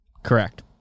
Correct